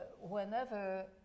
whenever